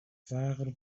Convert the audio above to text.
فقر